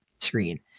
screen